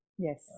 yes